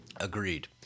Agreed